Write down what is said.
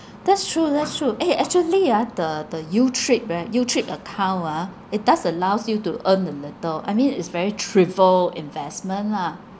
that's true that's true eh actually ah the the youtrip right youtrip account ah it does allows you to earn a little I mean is very trivial investment lah